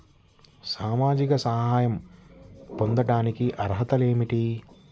సామాజిక సహాయం పొందటానికి అర్హత ఏమిటి?